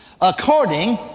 according